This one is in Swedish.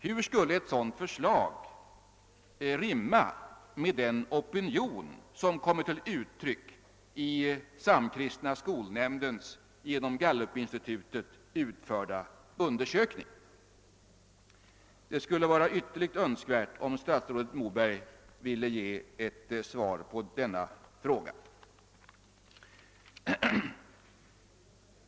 Hur skulle ett sådant förslag rimma med den opinion som kommit till uttryck i Samkristna skolnämndens genom Gallupinstitutet utförda undersökning? Det skulle vara ytterligt önskvärt om statsrådet Moberg ville ge ett svar på denna fråga.